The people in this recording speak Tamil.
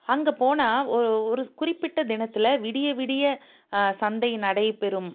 அங்கே போனால் ஒ ஒரு குறிப்பிட்ட தினத்தில் விடிய விடிய சந்தை நடைபெறும்